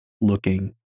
looking